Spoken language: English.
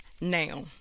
now